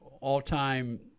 all-time